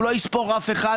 והוא לא יספור אף אחד,